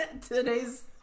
today's